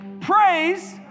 Praise